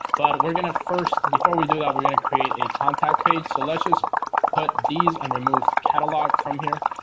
but we're gonna first before we do that. we're gonna create a contact page so let's just put these and remove catalog from here